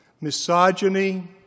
misogyny